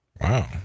wow